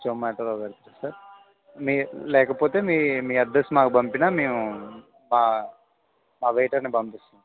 జొమాటోలో పెడతారా సార్ మీ లేకపోతే మీ మీ అడ్రస్ మాకు పంపినా మేము మా మా వెయిటర్ని పంపిస్తాం